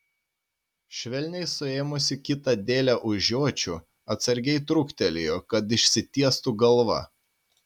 švelniai suėmusi kitą dėlę už žiočių atsargiai trūktelėjo kad išsitiestų galva